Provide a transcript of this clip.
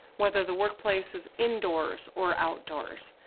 whether the workplace is indoors or outdoors,